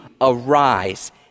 arise